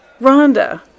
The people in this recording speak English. Rhonda